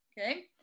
okay